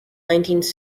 nineteenth